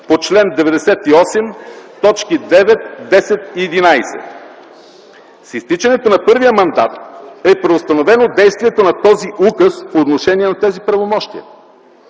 по чл. 98, т. 9, 10 и 11. С изтичането на първия мандат е преустановено действието на този указ по отношение на тези правомощия.